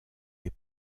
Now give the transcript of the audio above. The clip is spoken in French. des